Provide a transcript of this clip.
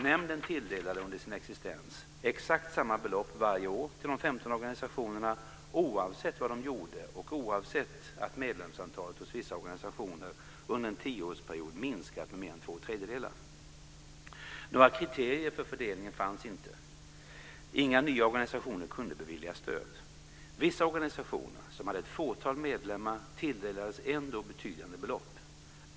Nämnden tilldelade under sin existens exakt samma belopp varje år till de 15 organisationerna oavsett vad de gjorde och oavsett att medlemsantalet hos vissa organisationer under en tioårsperiod minskat med mer än två tredjedelar. Några kriterier för fördelningen fanns inte. Inga nya organisationer kunde beviljas stöd. Vissa organisationer som hade ett fåtal medlemmar tilldelades ändå betydande belopp.